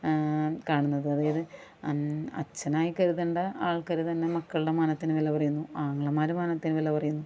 കാണുന്നത് അതായത് അച്ഛനായി കരുതേണ്ട ആൾക്കാര് തന്നെ മക്കളുടെ മാനത്തിന് വില പറയുന്നു ആങ്ങളമാര് മാനത്തിന് വില പറയുന്നു